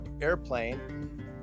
airplane